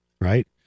right